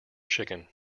chicken